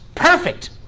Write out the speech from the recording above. perfect